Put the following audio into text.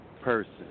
person